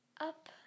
up